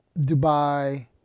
Dubai